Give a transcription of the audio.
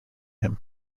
him